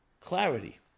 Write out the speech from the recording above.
clarity